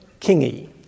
kingy